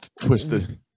Twisted